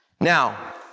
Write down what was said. Now